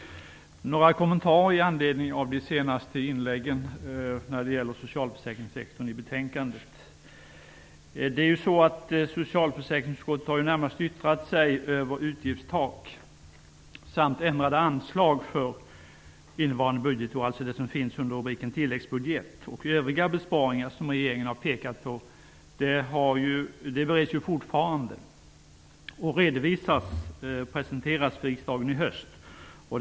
Herr talman! Jag har några kommentarer i anledning av de senaste inläggen när det gäller förslagen i betänkandet inom socialförsäkringssektorn. Socialförsäkringsutskottet har närmast yttrat sig över utgiftstak samt ändrade anslag innevarande budgetår, dvs. det som finns under rubriken tilläggsbudget. Övriga besparingar som regeringen har pekat på bereds fortfarande och presenteras för riksdagen i höst.